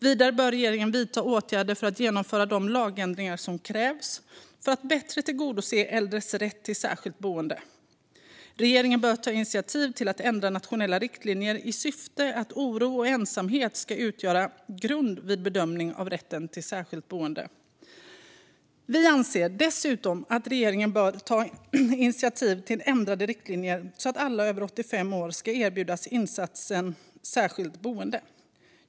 Vidare bör regeringen vidta åtgärder för att genomföra de lagändringar som krävs för att bättre tillgodose äldres rätt till särskilt boende. Regeringen bör ta initiativ till att ändra nationella riktlinjer i syfte att oro och ensamhet ska utgöra grund vid bedömning av rätten till särskilt boende. Vi anser dessutom att regeringen bör ta initiativ till ändrade riktlinjer så att alla över 85 år ska erbjudas insatsen särskilt boende.